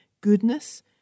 goodness